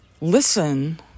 listen